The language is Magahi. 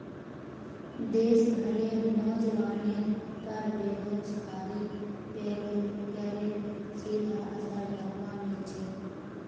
देश भरेर नोजवानेर पर बेरोजगारीत पेरोल करेर सीधा असर दख्वा मिल छेक